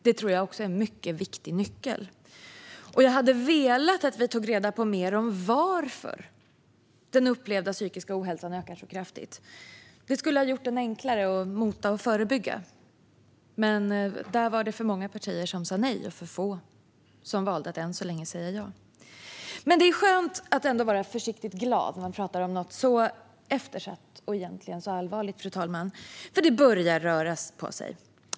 Detta tror jag är en mycket viktig nyckel. Jag hade även velat att vi tog reda på mer om varför den upplevda psykiska ohälsan ökar så kraftigt; det skulle ha gjort den enklare att mota och förebygga. Men det var för många partier som sa nej och - än så länge - för få som valde att säga ja. Det är ändå skönt att vara försiktigt glad när man pratar om något så eftersatt och allvarligt, fru talman, för det börjar röra på sig.